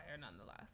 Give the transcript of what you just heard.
nonetheless